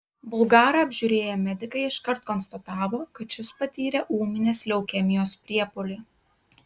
bulgarą apžiūrėję medikai iškart konstatavo kad šis patyrė ūminės leukemijos priepuolį